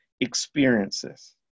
experiences